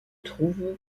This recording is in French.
trouve